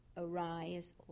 arise